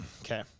Okay